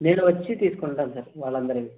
నేను వచ్చి తీసుకుంటాను సార్ వాళ్ళు అందరివి